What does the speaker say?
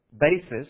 basis